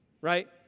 Right